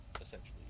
essentially